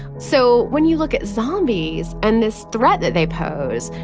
so when you look at zombies and this threat that they pose,